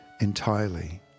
entirely